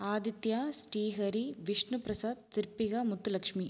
Aditya Srihari Vishnuprasad Sirpika Muthulakshmi